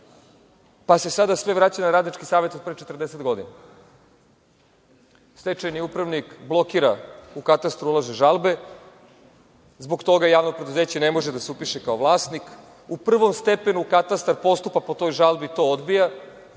pa se sada sve vraća na radnički savet od pre 40 godina. Stečajni upravnik blokira u katastru ulaže žalbe, zbog toga javno preduzeće ne može da se upiše kao vlasnik. U prvom stepenu katastar postupa po toj žalbi, to odbija